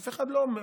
אף אחד לא אומר.